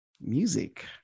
music